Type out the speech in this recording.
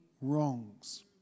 wrongs